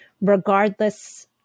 regardless